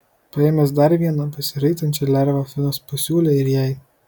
paėmęs dar vieną besiraitančią lervą finas pasiūlė ir jai